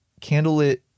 Candlelit